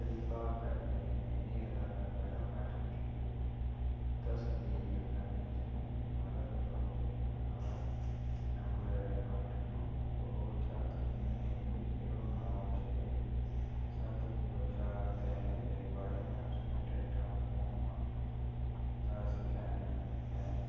किरपा करियै मेरी आधार बायोमेट्रिक दी तसदीक करने च मेरी मदद करो मेरा आधार नंबर अट्ठ नौ दो चार तिन्न इक जीरो नौ छे सत्त जीरो चार तिन्न ते मेरी बायोमेट्रिक डेटा मुहां दा स्कैन ऐ